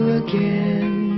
again